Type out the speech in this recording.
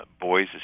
boys